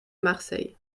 marseille